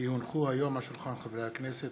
כי הונחו היום על שולחן הכנסת,